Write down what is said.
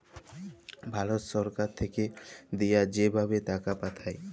ভারত ছরকার থ্যাইকে দিঁয়া যে ভাবে টাকা পাঠায়